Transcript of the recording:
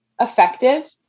effective